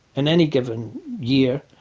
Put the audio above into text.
in any given year,